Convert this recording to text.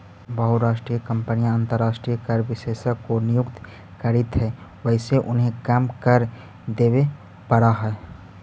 बहुराष्ट्रीय कंपनियां अंतरराष्ट्रीय कर विशेषज्ञ को नियुक्त करित हई वहिसे उन्हें कम कर देवे पड़ा है